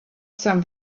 some